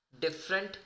different